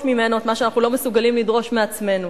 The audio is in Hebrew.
ממנו את מה שאנחנו לא מסוגלים לדרוש מעצמנו.